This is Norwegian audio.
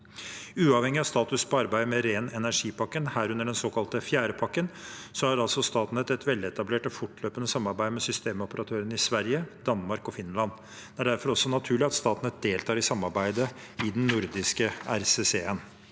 Uavhengig av status på arbeidet med ren energipakken, herunder den såkalte fjerde pakken, har altså Statnett et veletablert og fortløpende samarbeid med systemoperatørene i Sverige, Danmark og Finland. Det er derfor også naturlig at Statnett deltar i samarbeidet i den nordiske RCC-en.